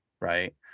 Right